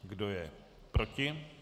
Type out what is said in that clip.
Kdo je proti?